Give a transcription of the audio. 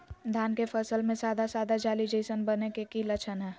धान के फसल में सादा सादा जाली जईसन बने के कि लक्षण हय?